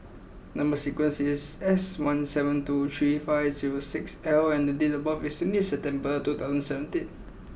number sequence is S one seven two three five zero six L and date of birth is twenty eighth September two thousand and seventeen